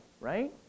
right